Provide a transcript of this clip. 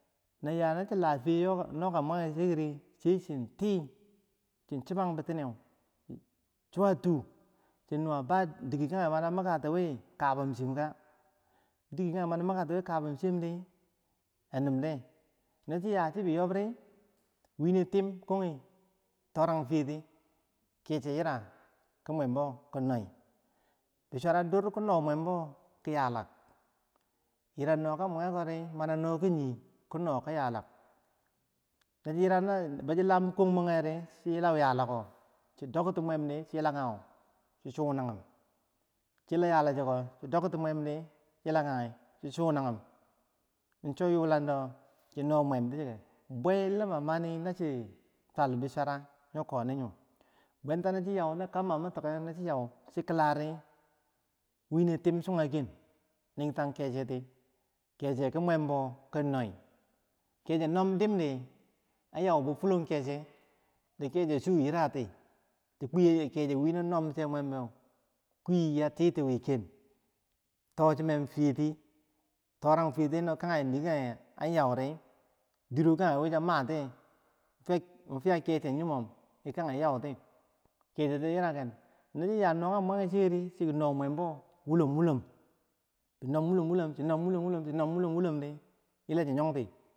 Na ya nachi lafiye nokak mwemeri, cheer, chi tii, chi chibang bi tineu, suwatu chi nuwa, ba dike kanye, mani mukatiwi kabim shinka, no dige kage mana miganti wi kabimshiyem di na numde, no chi ya shibi yob di wi ne tim konge torang fiye ti keche yira ki mwambo ki noi bi sura dur ki no mwabo kiyala, yira noka mwegekori mana no ki yii kino ki yala no chi yiraw bo shi lam kon mwamwari shi yilau yalakko shi dok ti bmem di shi yilagahu shi sunagum shi dok ti bmem di shi yilaka gi shi sunagum, in so yulando shi no mwam ti shike bwailima mani na shi twal bisura yo koni yo bwentano chi yau kambo mi tokeu no shi yau shi kila re, wine tim sugaken nigtang keshe ti keche ki bwambo ki noi kishe nom dim di an yau bo fulong keche di keche suyirati kwii keche wine nom she mwambo kwi bo titi wiken to chinen fiyeti torang fiyeti no kage yi kage an yau ri dike kage wi sa matiye mware, dir kik fiya keche yimom ki kage yauti keche so yilage no chi ya noga mwamegori chiki no mwambo wulom wulom shinom wulom wulom shinom wulom wulom shinom wulom wulom di yila si yogti.